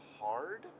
hard